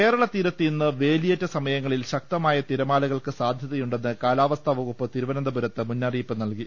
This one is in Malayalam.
കേരള തീരത്ത് ഇന്ന് വേലിയേറ്റ സമയങ്ങളിൽ ശക്തമായ തിരമാലകൾക്ക് സാധ്യതയുണ്ടെന്ന് കാലാവസ്ഥാ വകുപ്പ് തിരുവനന്തപുരത്ത് മുന്നറിയിപ്പ് നൽകി